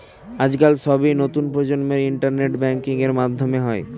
আজকাল সবই নতুন প্রজন্মের ইন্টারনেট ব্যাঙ্কিং এর মাধ্যমে হয়